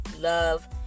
love